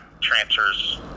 transfers